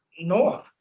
No